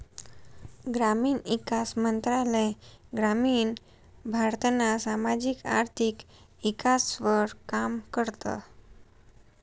ग्रामीण ईकास मंत्रालय ग्रामीण भारतना सामाजिक आर्थिक ईकासवर काम करस